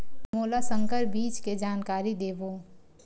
मोला संकर बीज के जानकारी देवो?